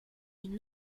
une